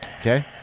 Okay